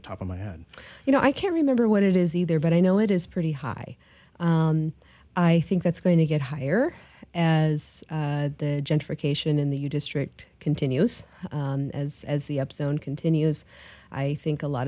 the top of my head you know i can't remember what it is either but i know it is pretty high i think that's going to get higher as the gentrification in the u district continues as as the up zone continues i think a lot